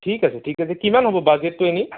ঠিক আছে ঠিক আছে কিমান হ'ব বাজেটটো এনেই